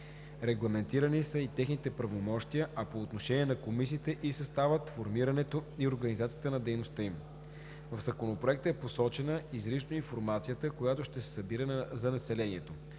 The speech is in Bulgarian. регламентирани са техните правомощия, а по отношение на комисиите – съставът, формирането и организацията на дейността им. В Законопроекта е посочена изрично информацията, която ще се събира за населението,